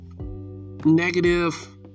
Negative